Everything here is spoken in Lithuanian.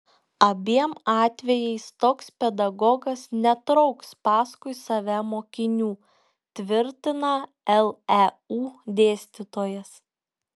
abiem atvejais toks pedagogas netrauks paskui save mokinių tvirtina leu dėstytojas